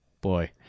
boy